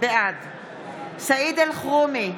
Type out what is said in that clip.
בעד סעיד אלחרומי,